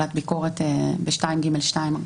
ועדת ביקורת בתקנה 2ג(2)